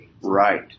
Right